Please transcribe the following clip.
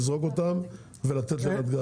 לזרוק אותן ולתת לנתג"ז.